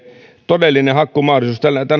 todellinen hakkuumahdollisuus